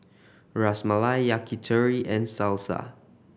Ras Malai Yakitori and Salsa